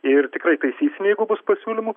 ir tikrai taisysim jeigu bus pasiūlymų